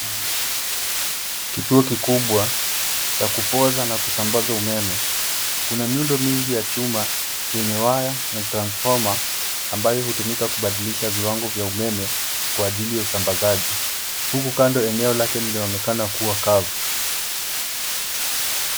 Kituo kikubwa cha kupooza na kusambaza umeme. Kuna miundo mingi ya chuma yenye waya na transfoma ambayo imetumika kubadilisha viwango vya umeme kwa ajili ya usambazaji huku kando eneo lake linaonekana kuwa kavu.